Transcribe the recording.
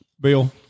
Bill